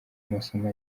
amasomo